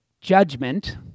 judgment—